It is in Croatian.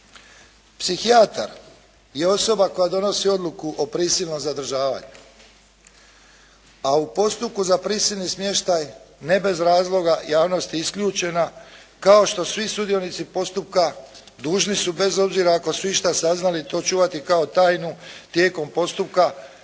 Psihijatar je osoba koja donosi odluku o prisilnom zadržavanju, a u postupku za prisilni smještaj ne bez razloga javnost je isključena kao što svi sudionici postupka dužni su bez obzira ako su išta saznali to čuvati kao tajnu tijekom postupka